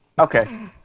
Okay